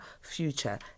future